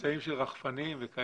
יש להם אמצעים של רחפנים וכאלה?